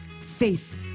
faith